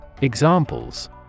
Examples